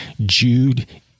Jude